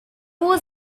was